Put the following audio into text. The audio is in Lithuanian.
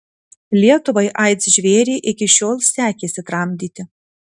lietuvai aids žvėrį iki šiol sekėsi tramdyti